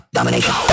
Domination